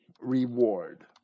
reward